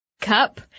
Cup